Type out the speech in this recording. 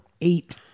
eight